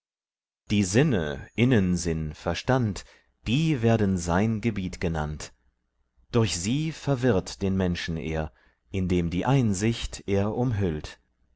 die sinne innensinn verstand die werden sein gebiet genannt durch sie verwirrt den menschen er indem die einsicht er umhüllt